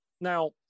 now